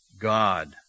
God